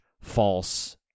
false